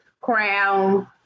crown